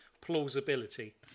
plausibility